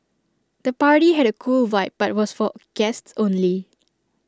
the party had A cool vibe but was for guests only